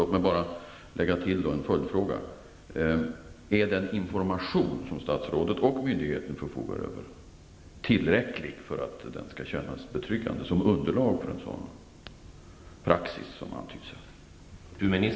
Låt mig bara lägga till en följdfråga: Är den information som statsrådet och myndigheten förfogar över tillräcklig för att den skall kännas betryggande såsom underlag för den praxis som tillämpas?